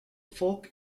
fork